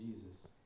Jesus